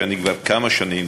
שאני כבר כמה שנים,